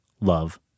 love